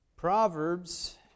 Proverbs